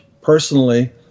personally